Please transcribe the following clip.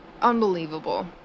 unbelievable